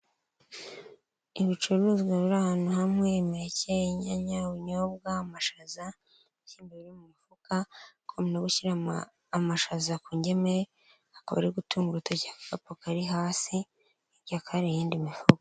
Ibicuruzwa biri ahantu hamwe, imineke, inyanya, ubunyobwa, amashaza, ibishyimbo biri mu mufuka, hakaba hari umuntu uri gushyira amashaza ku ngemeri, akaba ari gutunga urutoki agakapa kari hasi, hirya hakaba hari iyindi mifuka.